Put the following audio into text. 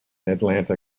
atlanta